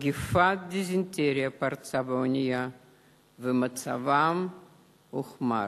מגפת דיזנטריה פרצה באונייה ומצבם הוחמר.